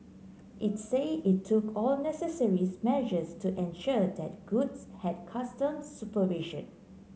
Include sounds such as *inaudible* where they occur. it said it took all necessary *unintelligible* measures to ensure that goods had customs supervision